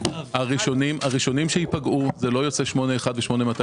הראשונים שייפגעו זה לא יוצאי 8-1 ו-8-200